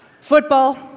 Football